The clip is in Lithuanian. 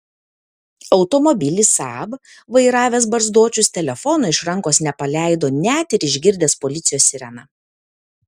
automobilį saab vairavęs barzdočius telefono iš rankos nepaleido net ir išgirdęs policijos sireną